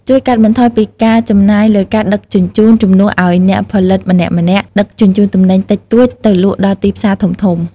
ជួយកាត់បន្ថយការចំណាយលើការដឹកជញ្ជូន ជំនួសឱ្យអ្នកផលិតម្នាក់ៗដឹកជញ្ជូនទំនិញតិចតួចទៅលក់ដល់ទីផ្សារធំៗ។